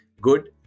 good